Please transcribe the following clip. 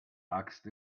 axt